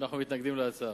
אנחנו מתנגדים להצעה.